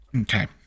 Okay